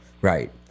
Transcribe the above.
Right